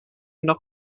noch